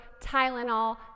Tylenol